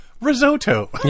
risotto